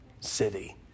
city